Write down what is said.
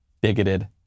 bigoted